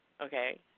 okay